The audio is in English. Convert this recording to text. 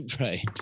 Right